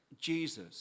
Jesus